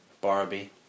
Barbie